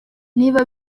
niba